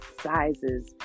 sizes